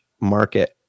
market